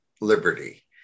liberty